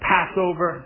Passover